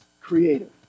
Creative